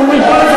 אנחנו אומרים,